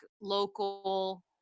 local